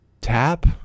tap